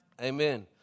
Amen